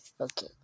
Okay